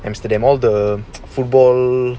amsterdam all the football